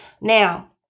Now